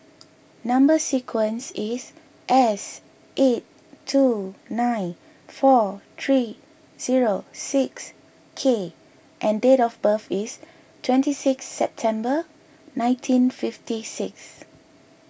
Number Sequence is S eight two nine four three zero six K and date of birth is twenty six September nineteen fifty six